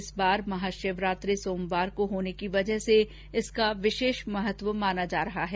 इस बार महाशिवरात्रि सोमवार को होने की वजह से इसका विशेष महत्व माना जा रहा है